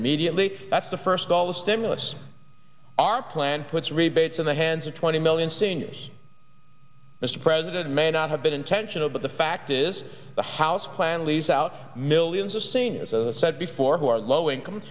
immediately that's the first of all the stimulus our plan puts rebates in the hands of twenty million seniors mr president may not have been intentional but the fact is the house plan leaves out millions of seniors a set before who are low income